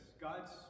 God's